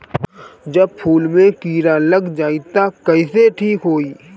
जब फूल मे किरा लग जाई त कइसे ठिक होई?